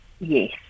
yes